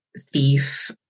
thief